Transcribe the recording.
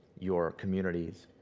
your communities,